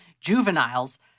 juveniles